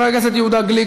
חבר הכנסת יהודה גליק,